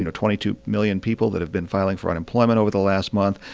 you know twenty two million people that have been filing for unemployment over the last month.